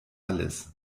alles